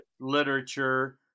literature